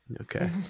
Okay